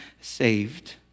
saved